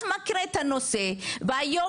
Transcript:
את מכירה את הנושא והיום,